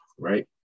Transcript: Right